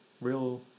real